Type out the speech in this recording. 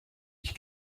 ich